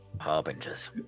Harbingers